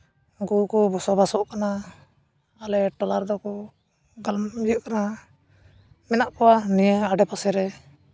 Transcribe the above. ᱩᱱᱠᱩ ᱠᱚ ᱵᱚᱥᱚᱵᱟᱥᱚᱜ ᱠᱟᱱᱟ ᱟᱞᱮ ᱴᱚᱞᱟ ᱨᱮᱫᱚ ᱠᱚ ᱤᱭᱟᱹᱜ ᱠᱟᱱᱟ ᱢᱮᱱᱟᱜ ᱠᱚᱣᱟ ᱱᱤᱭᱟᱹ ᱟᱰᱮ ᱯᱟᱥᱮ ᱨᱮ